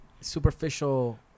superficial